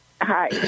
Hi